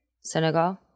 Senegal